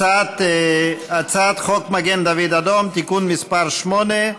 הצעת חוק מגן דוד אדום (תיקון מס' 8),